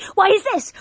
why is this?